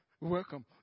Welcome